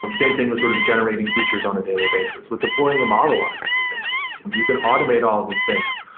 same thing with sort of generating features on a daily basis, with deploying a model on a daily basis. you can automate all of these things.